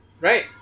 Right